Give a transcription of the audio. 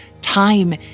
Time